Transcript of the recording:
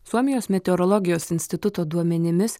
suomijos meteorologijos instituto duomenimis